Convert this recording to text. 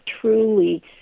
truly